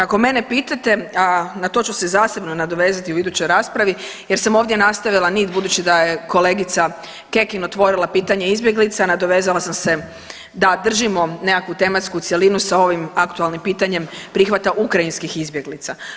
Ako mene pitate, na to ću se zasebno nadovezati u idućoj raspravi jer sam ovdje nastavila nit budući da je kolegica Kekin otvorila pitanje izbjeglica, nadovezala sam se da držimo nekakvu tematsku cjelinu sa ovim aktualnim pitanjem prihvata ukrajinskih izbjeglica.